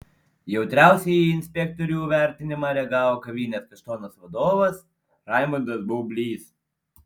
jautriausiai į inspektorių vertinimą reagavo kavinės kaštonas vadovas raimondas baublys